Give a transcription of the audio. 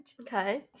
Okay